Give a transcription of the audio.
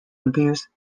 abuse